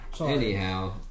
Anyhow